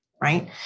Right